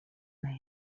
mail